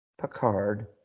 Picard